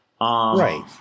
right